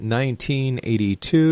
1982